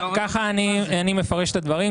ככה אני מפרש את הדברים.